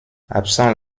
absent